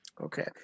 Okay